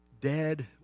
dead